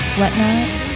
whatnot